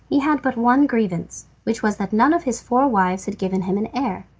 he had but one grievance, which was that none of his four wives had given him an heir.